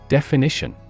Definition